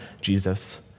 Jesus